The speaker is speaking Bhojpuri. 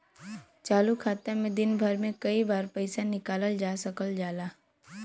चालू खाता में दिन भर में कई बार पइसा निकालल जा सकल जाला